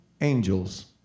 angels